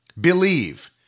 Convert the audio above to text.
believe